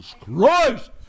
Christ